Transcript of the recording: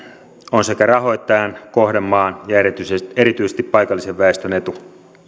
on sekä rahoittajan kohdemaan että erityisesti paikallisen väestön etu